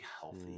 healthy